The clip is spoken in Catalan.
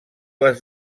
les